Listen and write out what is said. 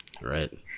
right